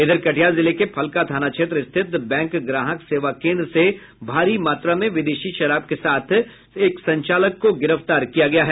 इधर कटिहार जिले के फलका थाना क्षेत्र स्थित बैंक ग्राहक सेवा केन्द्र से भारी मात्रा में विदेशी शराब के साथ संचालक को गिरफ्तार किया है